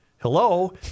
Hello